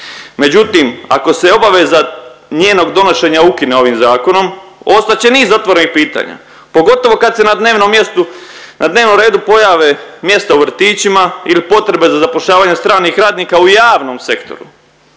Međutim, ako se obaveza njenog donošenja ukine ovim zakonom ostat će niz otvorenih pitanja pogotovo kad se na dnevnom mjestu, na dnevnom redu pojave mjesta u vrtićima ili potrebe za zapošljavanjem stranih radnika u javnom sektoru,